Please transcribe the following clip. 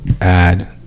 add